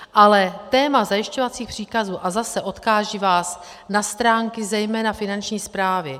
Ale téma zajišťovacích příkazů, a zase, odkážu vás na stránky zejména Finanční správy.